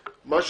הפעם.